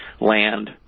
land